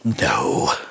No